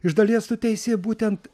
iš dalies tu teisi būtent